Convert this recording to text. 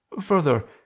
Further